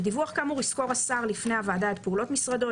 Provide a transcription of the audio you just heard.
בדיווח כאמור יסקור השר לפני הוועדה את פעולות משרדו,